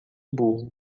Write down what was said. burro